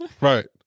Right